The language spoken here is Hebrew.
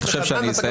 אני חושב שאני אסיים